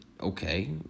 okay